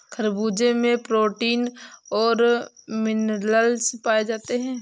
खरबूजे में विटामिन और मिनरल्स पाए जाते हैं